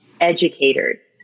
educators